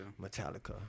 Metallica